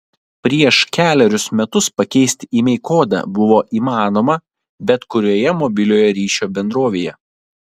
prieš kelerius metus pakeisti imei kodą buvo įmanoma bet kurioje mobiliojo ryšio bendrovėje